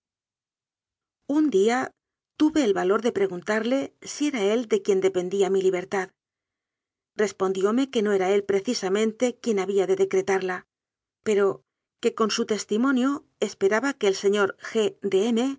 un día tuve el valor de preguntarle si era de él de quien dependía mi libertad respondióme que no era él precisamente quien había de decretarla pero que con su testimonio esperaba que el señor g de